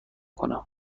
کنم